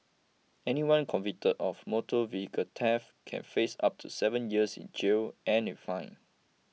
anyone convicted of motor vehicle theft can face up to seven years in jail and in fine